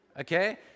Okay